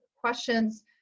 questions